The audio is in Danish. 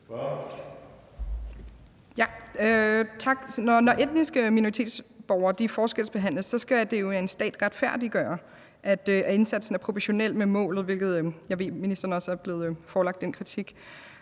Når etniske minoritetsborgere forskelsbehandles, skal det jo af en stat retfærdiggøres, at indsatsen er proportionel med målet – jeg ved, ministeren også er blevet forelagt den kritik